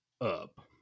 up